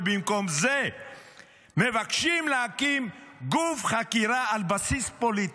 ובמקום זה מבקשים להקים גוף חקירה על בסיס פוליטי,